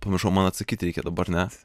pamiršau man atsakyt reikia dabar ne